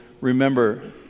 remember